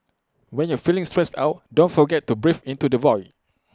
when you are feeling stressed out don't forget to breathe into the void